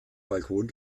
balkon